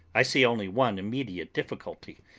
i see only one immediate difficulty,